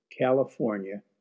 California